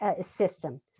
system